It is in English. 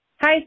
Hi